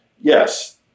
yes